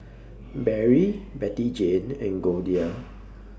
Barry Bettyjane and Goldia